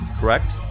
Correct